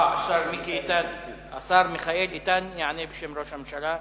אה, השר מיכאל איתן יענה בשם ראש הממשלה.